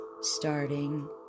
starting